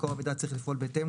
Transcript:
מקור המידע צריך לפעול בהתאם,